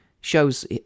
shows